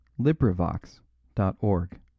LibriVox.org